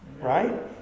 Right